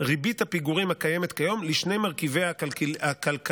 ריבית הפיגורים הקיימת כיום לשני מרכיביה הכלכליים: